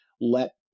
let